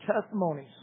testimonies